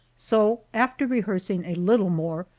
so after rehearsing a little more,